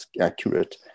accurate